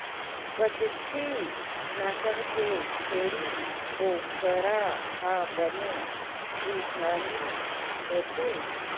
कच्छी नसल के छेरी बोकरा ह बने दुहानी होथे